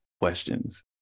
questions